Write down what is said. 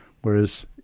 whereas